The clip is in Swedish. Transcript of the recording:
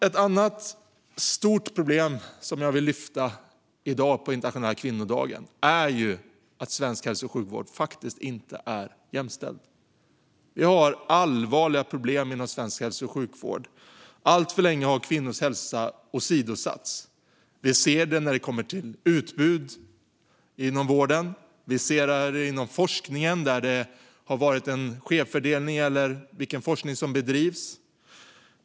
Ett annat stort problem jag vill lyfta fram i dag, på internationella kvinnodagen, är att svensk hälso och sjukvård faktiskt inte är jämställd. Vi har allvarliga problem inom svensk hälso och sjukvård. Alltför länge har kvinnors hälsa åsidosatts. Vi ser det i utbudet inom vården. Vi ser det inom forskningen, där det har funnits en snedfördelning gällande vilken forskning som bedrivs.